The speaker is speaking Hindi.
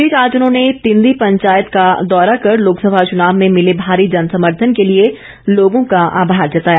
इस बीच आज उन्होंने तिंदी पंचायत का दौरा कर लोकसभा चुनाव में मिले भारी जनसमर्थन के लिए लोगों का आभार जताया